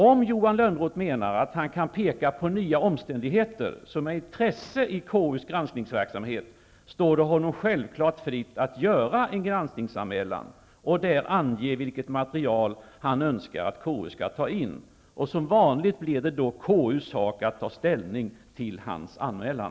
Om Johan Lönnroth menar att han kan peka på nya omständigheter som är av intresse för KU:s granskningsverksamhet, står det honom självfallet fritt att göra en granskningsanmälan och där ange vilket material han önskar att KU skall ta in. Som vanligt blir det då KU:s sak att ta ställning till hans anmälan.